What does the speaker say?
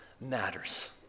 matters